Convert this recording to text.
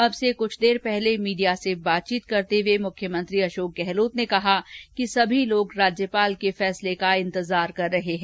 अब से क्छ देर पहले मीडिया से बातचीत करते हुए मुख्यमंत्री अशोक गहलोत ने कहा कि सब लोग राज्यपाल के फैसले का इन्तजार कर रहे है